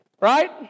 Right